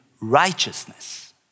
righteousness